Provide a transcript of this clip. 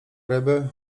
ryby